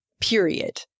period